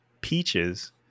peaches